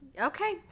Okay